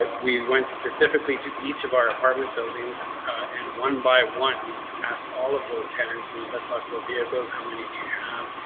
ah we went specifically to each of our apartment buildings and one by one asked all of those tenants. you know, let's talk about vehicles. how many do you have?